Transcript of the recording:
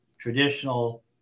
traditional